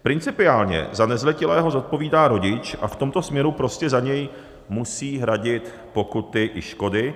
Principiálně za nezletilého zodpovídá rodič a v tomto směru prostě za něj musí hradit pokuty i škody.